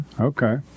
Okay